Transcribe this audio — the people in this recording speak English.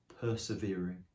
persevering